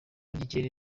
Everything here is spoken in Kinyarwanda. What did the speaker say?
ry’ikirere